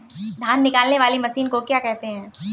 धान निकालने वाली मशीन को क्या कहते हैं?